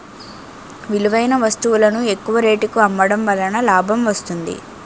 విలువైన వస్తువులను ఎక్కువ రేటుకి అమ్మడం వలన లాభం వస్తుంది